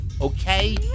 okay